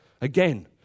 Again